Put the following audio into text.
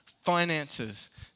finances